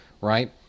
right